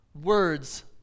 words